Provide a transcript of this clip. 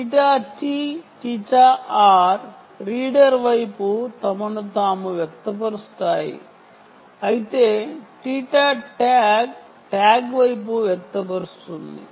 θT θR reader వైపు తమను తాము వ్యక్త పరుస్తాయి అయితే θTag ట్యాగ్ వైపు వ్యక్తపరుస్తుంది